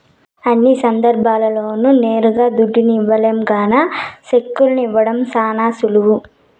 అన్ని సందర్భాల్ల్లోనూ నేరుగా దుడ్డుని ఇవ్వలేం గాన సెక్కుల్ని ఇవ్వడం శానా సులువు